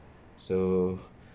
so